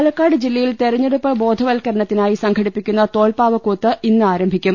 പാലക്കാട് ജില്ലയിൽ തെരഞ്ഞെടുപ്പ് ബോധവൽക്കരണത്തിനാ യി സംഘടിപ്പിക്കുന്ന തോൽപ്പാവക്കൂത്ത് ഇന്ന് ആരംഭിക്കും